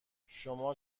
شما